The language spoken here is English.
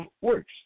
works